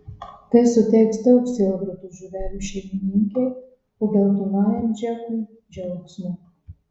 tai suteiks daug sielvarto žuvelių šeimininkei o geltonajam džekui džiaugsmo